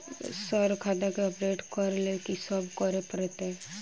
Sir खाता केँ update करऽ लेल की सब करै परतै?